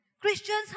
Christians